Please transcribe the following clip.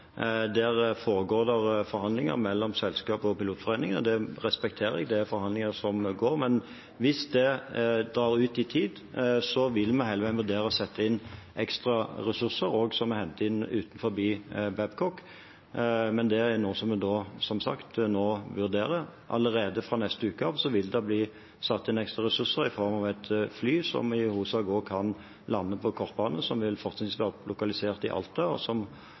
Der foregår det forhandlinger mellom selskapet og pilotforeningen, og det respekterer jeg. Det er forhandlinger som pågår. Hvis disse drar ut i tid, vil vi vurdere å sette inn ekstraressurser, også ressurser vi henter inn utenfor Babcock, men det er noe vi som sagt vurderer nå. Allerede fra neste uke av vil det bli satt inn ekstra ressurser i form av et fly som i hovedsak også kan lande på kortbane, som fortrinnsvis vil være lokalisert i Alta, og som